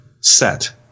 set